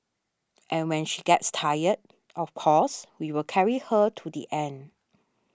and when she gets tired of course we will carry her to the end